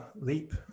leap